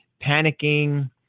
panicking